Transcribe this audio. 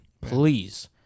Please